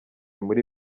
muri